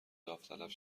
داوطلب